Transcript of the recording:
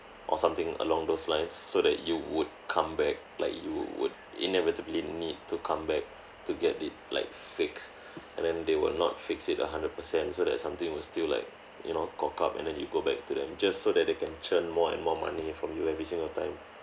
or something along those lines so that you would come back like you would inevitably need to come back to get it like fixed and then they will not fix it a hundred per cent so that something will still like you know cock up and then you go back to them just so that they can churn more and more money from you every single time